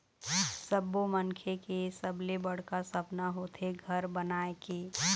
सब्बो मनखे के सबले बड़का सपना होथे घर बनाए के